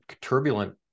turbulent